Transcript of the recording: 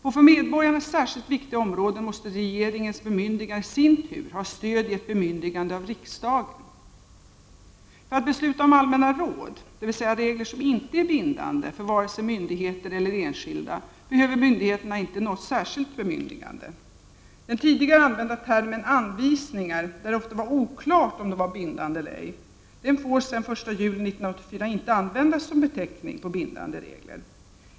På för medborgarna särskilt viktiga områden måste regeringens bemyndigande i sin tur ha stöd i ett bemyndigande av riksdagen. För att besluta om allmänna råd, dvs. regler som inte är bindande för vare sig myndigheter eller enskilda, behöver myndigheterna inte något särskilt bemyndigande. Den tidigare använda termen anvisningar, som användes i fall där det ofta var oklart om reglerna var bindande eller ej, får sedan den 1 juli 1984 inte användas som beteckning för bindande regler.